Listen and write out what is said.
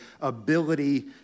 ability